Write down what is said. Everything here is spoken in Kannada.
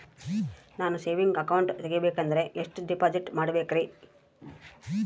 ನಾನು ಸೇವಿಂಗ್ ಅಕೌಂಟ್ ತೆಗಿಬೇಕಂದರ ಎಷ್ಟು ಡಿಪಾಸಿಟ್ ಇಡಬೇಕ್ರಿ?